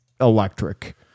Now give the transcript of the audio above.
electric